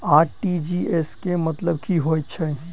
RTGS केँ मतलब की हएत छै?